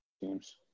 teams